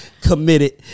committed